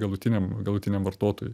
galutiniam galutiniam vartotojui